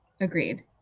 Agreed